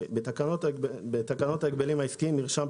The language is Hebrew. "תיקון שם התקנות בתקנות ההגבלים העסקיים (מרשם,